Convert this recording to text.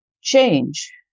change